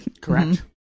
correct